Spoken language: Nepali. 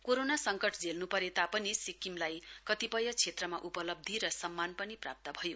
करोना सङ्कट झेल्नु परे तापनि सिक्किमलाई कतिपय क्षेत्रमा उपलब्धी र सम्मान प्राप्त भयो